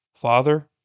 Father